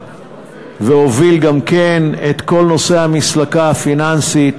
וטרח והוביל גם כן את כל נושא המסלקה הפיננסית,